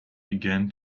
began